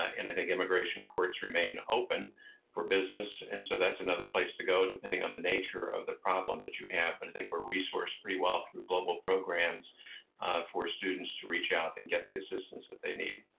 like and i think immigration courts remain open for business. and so that's another place to go depending on the nature of the problem that you have. but i think we're resourced pretty well through global programs for students to reach out and get the assistance that they need.